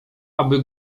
aby